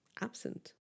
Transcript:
absent